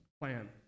plan